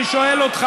אלוף.